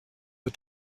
the